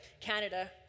Canada